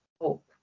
hope